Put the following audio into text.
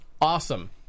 Awesome